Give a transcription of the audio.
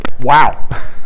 Wow